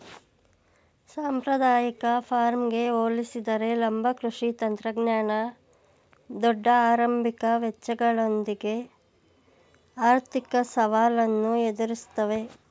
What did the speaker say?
ಸಾಂಪ್ರದಾಯಿಕ ಫಾರ್ಮ್ಗೆ ಹೋಲಿಸಿದರೆ ಲಂಬ ಕೃಷಿ ತಂತ್ರಜ್ಞಾನ ದೊಡ್ಡ ಆರಂಭಿಕ ವೆಚ್ಚಗಳೊಂದಿಗೆ ಆರ್ಥಿಕ ಸವಾಲನ್ನು ಎದುರಿಸ್ತವೆ